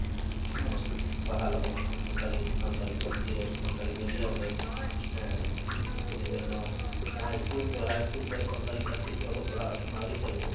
ᱦᱮᱸ ᱵᱟᱦᱟᱞᱚᱜ ᱢᱟᱠᱚ ᱥᱟᱱᱛᱟᱞᱤ ᱥᱟᱱᱛᱟᱲᱤ ᱯᱟᱹᱨᱥᱤ ᱨᱮᱱ ᱥᱟᱱᱛᱟᱲᱤ ᱢᱤᱰᱤᱭᱟᱢ ᱨᱮᱱ ᱦᱮᱸ ᱵᱤᱵᱷᱤᱱᱱᱚ ᱡᱟᱦᱟᱸ ᱤᱥᱠᱩᱞ ᱠᱚᱨᱮ ᱦᱟᱭ ᱤᱥᱠᱩᱞ ᱠᱚᱨᱮ ᱥᱟᱱᱛᱟᱲᱤ ᱯᱟᱹᱨᱥᱤ ᱛᱮ ᱚᱞᱚᱜ ᱯᱟᱲᱦᱟᱜ ᱮᱠᱷᱚᱱᱚ ᱟᱹᱣᱨᱤ ᱪᱟᱹᱞᱩᱜᱼᱟ